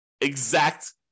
Exact